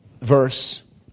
verse